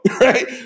Right